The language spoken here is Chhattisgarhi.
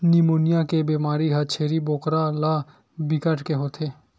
निमोनिया के बेमारी ह छेरी बोकरा ल बिकट के होथे